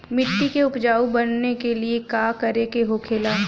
मिट्टी के उपजाऊ बनाने के लिए का करके होखेला?